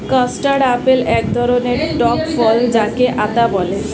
custard apple এক ধরণের টক ফল যাকে আতা বলে